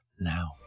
now